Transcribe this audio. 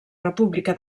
república